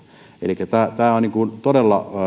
elikkä tämä on todella